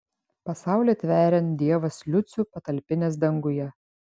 pasaulį tveriant dievas liucių patalpinęs danguje